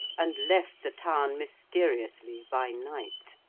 and left the town mysteriously by night.